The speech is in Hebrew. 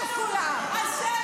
--- אללה --- ואתם,